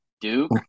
duke